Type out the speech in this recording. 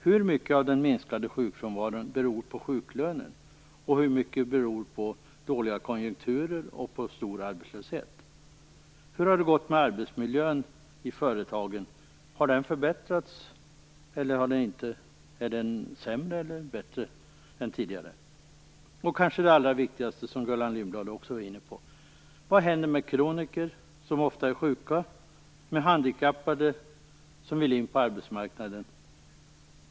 Hur mycket av den minskade sjukfrånvaron beror på sjuklönen, och hur mycket beror på dåliga konjunkturer och hög arbetslöshet? Hur har det gått med arbetsmiljön i företagen? Är den sämre eller bättre än tidigare? Och kanske det allra viktigaste, och som Gullan Lindblad också var inne på: Vad händer med kroniker som ofta är sjuka, och med handikappade som vill in på arbetsmarknaden?